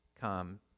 come